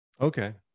Okay